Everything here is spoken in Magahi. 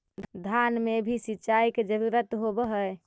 धान मे भी सिंचाई के जरूरत होब्हय?